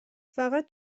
فقط